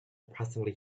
depressingly